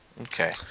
Okay